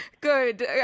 Good